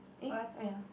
eh wait ah